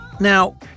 Now